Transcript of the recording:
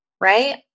Right